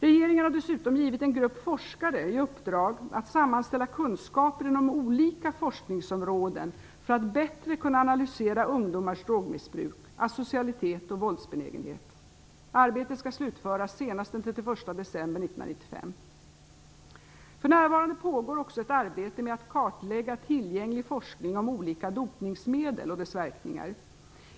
Regeringen har dessutom givit en grupp forskare i uppdrag att sammanställa kunskaper inom olika forskningsområden för att bättre kunna analysera ungdomars drogmissbruk, asocialitet och våldsbenägenhet. Arbetet skall vara slutfört senast den 31 december 1995. För närvarande pågår också ett arbete med att kartlägga tillgänglig forskning om olika dopningsmedel och dessas verkningar.